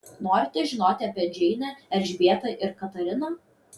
norite žinoti apie džeinę elžbietą ir katariną